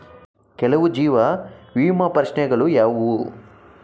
ಕೆಲವು ಜೀವ ವಿಮಾ ಪ್ರಶ್ನೆಗಳು ಯಾವುವು?